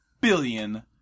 billion